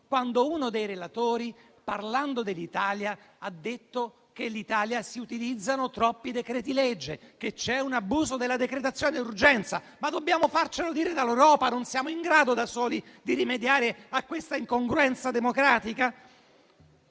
quando uno dei relatori, parlando dell'Italia, ha detto che nel nostro Paese si utilizzano troppi decreti-legge, che c'è un abuso della decretazione di urgenza. Dobbiamo farcelo dire dall'Europa? Non siamo in grado da soli di rimediare a questa incongruenza democratica?